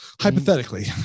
Hypothetically